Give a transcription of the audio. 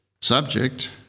Subject